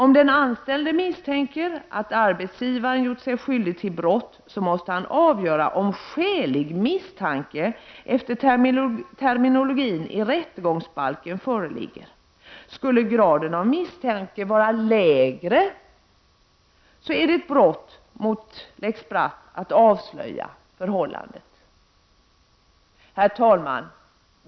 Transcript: måste den anställde avgöra om ”skälig misstanke” enligt terminologin i rättegångsbalken föreligger. Skulle graden av misstanke vara lägre, är det ett brott mot lex Bratt att avslöja förhållandet. Herr talman!